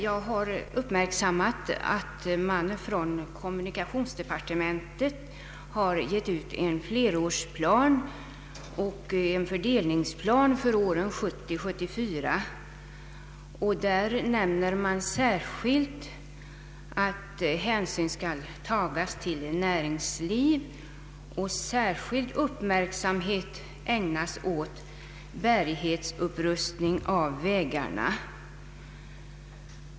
Jag har uppmärksammat att kommunikationsdepartementet gett ut en flerårsplan och en fördelningsplan för åren 1970—1974, där man nämner att hänsyn skall tas till näringslivet och särskild uppmärksamhet ägnas åt bärighetsupprustning av vägarna.